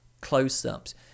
close-ups